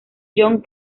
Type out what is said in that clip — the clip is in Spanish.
john